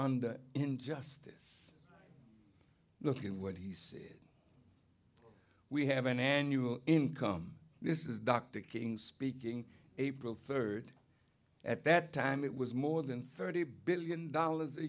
under injustice not in what he said we have an annual income this is dr king speaking april third at that time it was more than thirty billion dollars a